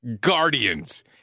guardians